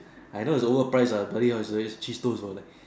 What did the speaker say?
I know its overprice lah bloody hell they selling cheese toast for like